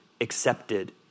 accepted